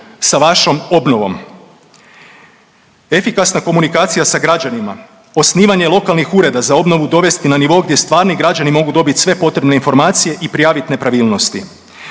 sa vašom obnovom. Efikasna komunikacija sa građanima, osnivanje lokalnih ureda za obnovu dovesti na nivo gdje stvarni građani mogu dobit sve potrebne informacije i prijavit nepravilnosti.